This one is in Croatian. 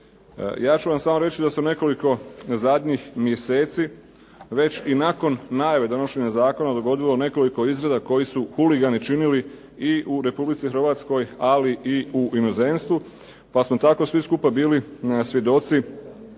Ja ću vam samo reći da se u nekoliko zadnjih mjeseci već i nakon najave donošenja zakona dogodilo nekoliko izgreda koje su huligani činili i u Republici Hrvatskoj, ali i u inozemstvu, pa smo tako svi skupa bili svjedoci